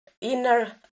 inner